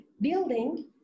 building